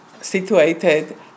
situated